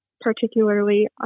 particularly